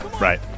Right